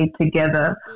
together